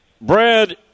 Brad